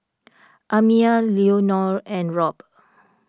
Amiyah Leonor and Rob